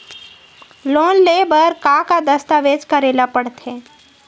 Loan ले बर का का दस्तावेज करेला पड़थे?